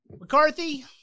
McCarthy